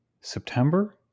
september